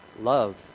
love